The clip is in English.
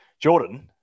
Jordan